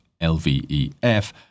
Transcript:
LVEF